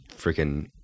freaking